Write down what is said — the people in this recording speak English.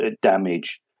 damage